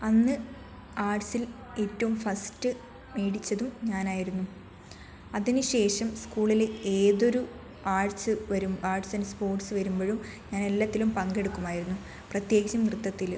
അന്ന് ആർട്സിൽ ഏറ്റവും ഫസ്റ്റ് മേടിച്ചതും ഞാനായിരുന്നു അതിനുശേഷം സ്കൂളില് ഏതൊരു ആർട്സ് വരും ആർട്സ് ആൻഡ് സ്പോർട്സ് വരുമ്പഴും ഞാൻ എല്ലാത്തിലും പങ്കെടുക്കുമായിരുന്നു പ്രത്യേകിച്ചും നൃത്തത്തില്